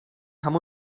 haben